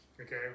okay